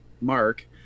mark